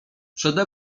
przede